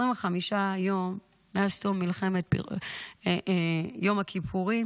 25 יום מאז תום מלחמת יום הכיפורים